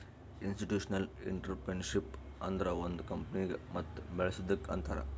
institutional entrepreneurship ಅಂದುರ್ ಒಂದ್ ಕಂಪನಿಗ ಮತ್ ಬೇಳಸದ್ದುಕ್ ಅಂತಾರ್